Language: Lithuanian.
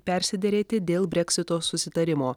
persiderėti dėl breksito susitarimo